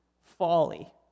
folly